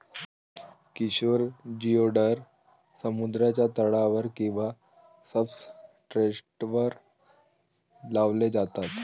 Kishore geoducks समुद्राच्या तळावर किंवा सब्सट्रेटवर लावले जातात